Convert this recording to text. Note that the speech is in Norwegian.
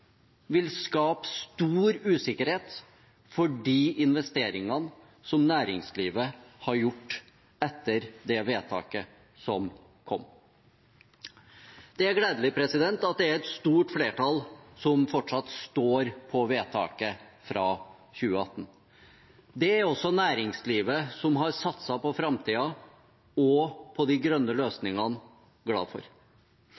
vil skape stor usikkerhet for de investeringene som næringslivet har gjort etter det vedtaket som kom. Det er gledelig at det er et stort flertall som fortsatt står på vedtaket fra 2018. Det er også næringslivet som har satset på framtiden og på de grønne